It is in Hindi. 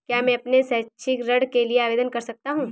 क्या मैं अपने शैक्षिक ऋण के लिए आवेदन कर सकता हूँ?